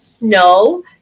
No